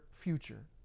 future